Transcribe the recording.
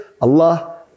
Allah